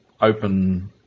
open